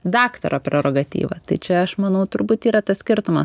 daktaro prerogatyva tai čia aš manau turbūt yra tas skirtumas